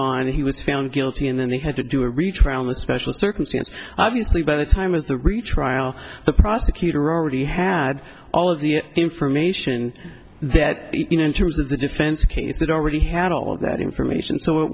on he was found guilty and then they had to do a reach around the special circumstance obviously by the time of the retrial the prosecutor already had all of the information that you know in terms of the defense case that already had all of that information so it